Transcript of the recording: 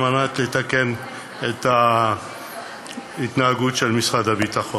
כדי לתקן את ההתנהגות של משרד הביטחון.